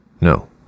No